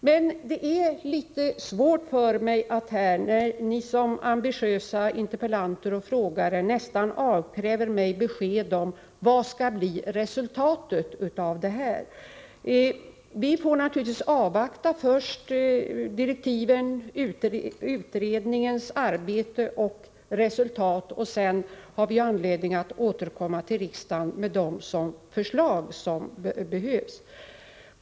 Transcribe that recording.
Men det är litet svårt för mig, när ni som ambitiösa interpellanter och frågeställare nästan avkräver mig besked om vad som skall bli resultatet av utredningsarbetet. Vi får naturligtvis avvakta direktiven, utredningens arbete och resultat. Sedan har vi anledning att återkomma till riksdagen med de förslag som kan bli följden därav.